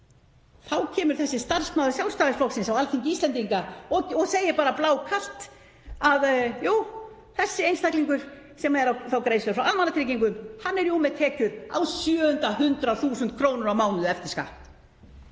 Þá kemur þessi starfsmaður Sjálfstæðisflokksins á Alþingi Íslendinga og segir bara blákalt: Jú, þessi einstaklingur sem er að fá greiðslur frá almannatryggingum er með tekjur upp á næstum 700.000 kr. á mánuði eftir skatt.